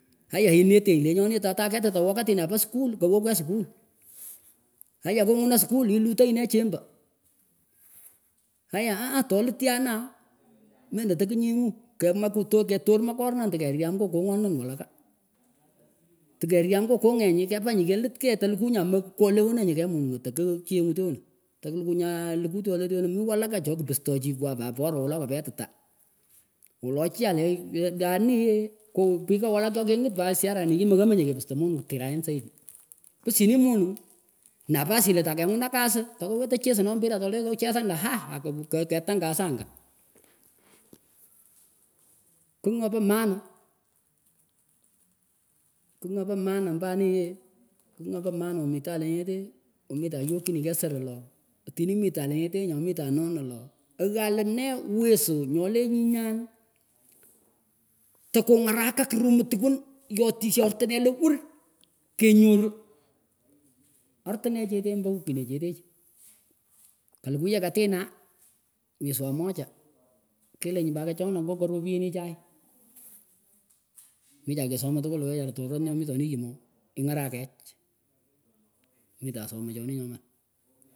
Itayah inetenyih lenyonih toh tan ket tan wakatinah pa skull kwoh kegh skull itayan kungunah skull ilutenyih neh chembe haiyah aah tolit tyanah mendah tekunguh kamakulo ketor makornan tihkeryam ngoh kohngohnan walaka tihkeryam ngoh kongenyih kepanyuh kelit gate telituh nyah kekwolewa nah keyh moningah tekuh chenguh tyonah tolikuh nyay likuh tyonah tyoleh mih walaka cho kipsroh chikwah pat bora walo kapettah wolo chialleh la anih yeh koh pikah walaka choh kengit pat isharenichich mehamenyeh kepistah monigh tira yan zaidi pischinih monigh nafasi lah takengunah kasih tekaah wetah chesanoh mpira tonletoh chesan lah lah ako ku tang kasih angah kugh nyopah maana kugh nyopah maana ombanieeh kugh nyopah maana omitan lenyetteh omitan yok chinih keyh gehrah lo otinih mitan lenyetenyih noh mitan nonah loh oghaa leneh wesoh nyoleh nyinyan tekuhgharakah kuh muh tkwun yotishah ortineh lewur kenyoruh artinecheteh ombo wikinechetechih kalukuh yeh katinah mweswah moja kelenji pat achonah mekah ropienichay michah kesomah tkwul lah wecharan torot nyomitoninh yim ooh ingarakech mitah somah chonih nyoman.